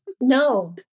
No